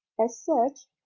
as such,